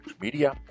Media